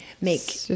make